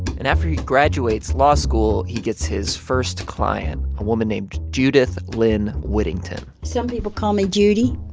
and after he graduates law school, he gets his first client, a woman named judith lyn whittington some people call me judy.